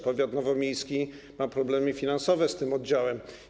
Powiat nowomiejski ma problemy finansowe z tym oddziałem.